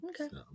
Okay